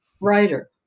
writer